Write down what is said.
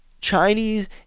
Chinese